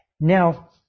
Now